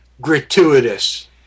gratuitous